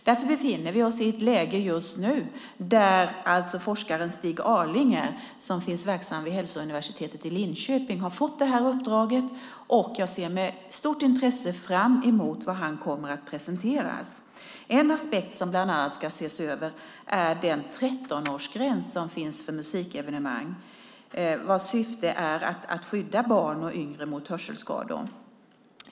Vi befinner oss nu i ett läge där forskaren Stig Arlinger, som är verksam vid Hälsouniversitetet i Linköping, har fått detta uppdrag. Jag ser med stort intresse fram emot vad han kommer att presentera. En aspekt bland andra som ska ses över är den 13-årsgräns för musikevenemang som finns. Syftet med den är att skydda barn och yngre mot hörselskador.